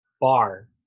bar